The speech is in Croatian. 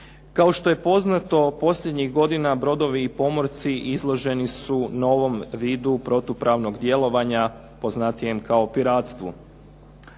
Kao što je poznato posljednjih godina brodovi i pomorci izloženi su novom vidu protupravnog djelovanja poznatijem kao piratstvo.